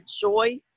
joy